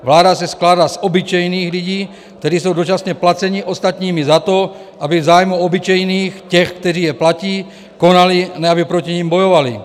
Vláda se skládá z obyčejných lidí, kteří jsou dočasně placeni ostatními za to, aby v zájmu obyčejných, těch, kteří je platí, konali, a ne aby proti nim bojovali.